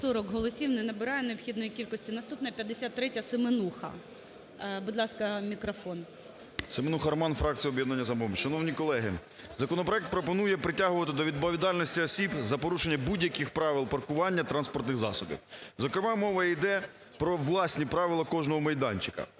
Семенуха Роман, фракція "Об'єднання "Самопоміч". Шановні колеги, законопроект пропонує притягувати до відповідальності осіб за порушення будь-яких правил паркування транспортних засобів, зокрема, мова іде про власні правила кожного майданчика.